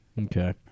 Okay